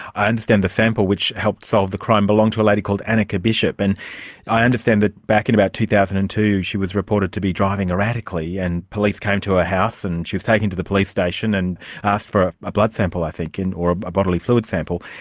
i understand the sample which helped solve the crime belonged to a lady called anneke bishop, and i understand that, back in about two thousand and two, she was reported to be driving erratically, yeah and police came to her house and she was taken to the police station and asked for a blood sample, i think, or a bodily fluid sample,